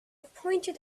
pointed